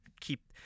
keep –